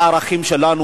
בערכים שלנו,